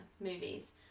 movies